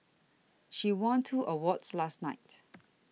she won two awards last night